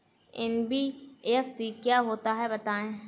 NBFC क्या होता है बताएँ?